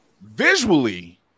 visually